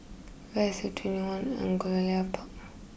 where is TwentyOne Angullia Park